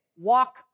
Walk